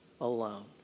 alone